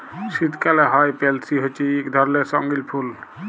শীতকালে হ্যয় পেলসি হছে ইক ধরলের রঙ্গিল ফুল